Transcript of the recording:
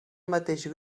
mateix